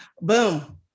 Boom